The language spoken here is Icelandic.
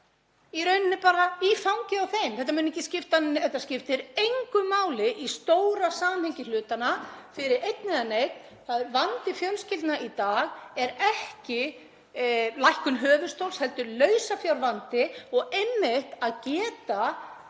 í rauninni bara í fangið á þeim. Þetta skiptir engu máli í stóra samhengi hlutanna fyrir einn eða neinn. Vandi fjölskyldna í dag er ekki lækkun höfuðstóls heldur lausafjárvandi og einmitt að geta